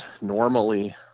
Normally